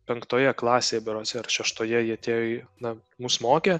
penktoje klasėje berods šeštoje ji atėjo į na mus mokė